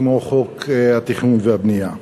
כמו חוק התכנון והבנייה.